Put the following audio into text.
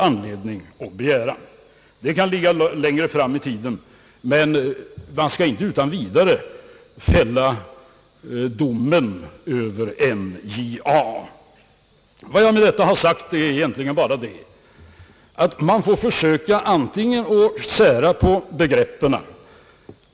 Den dagen kan ligga långt fram i tiden, men jag vill inte utan vidare fälla domen över NJA. Vad jag har sagt med detta är egentligen bara att man får försöka sära på begreppen.